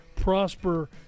prosper